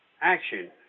action